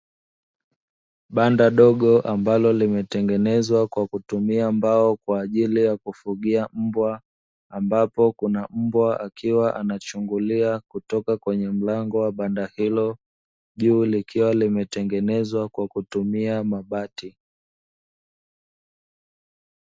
Banda dogo ambalo limetengenezwa kwa kutumia mbao kwa ajili ya kufugia mbwa, ambapo kuna mbwa akiwa anachungulia kutoka kwenye mlango wa banda hilo, juu likiwa limetengenezwa kwa kutumia mabati.